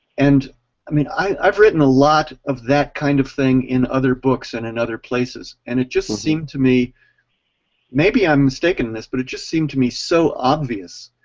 and i mean, i have written a lot of that kind of thing in other books and in other places, and it just seemed to me maybe i'm mistaken in this, but it just seemed to be so obvious,